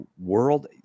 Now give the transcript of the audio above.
world